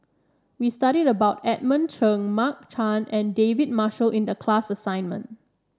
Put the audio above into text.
we studied about Edmund Cheng Mark Chan and David Marshall in the class assignment